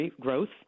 growth